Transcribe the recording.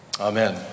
Amen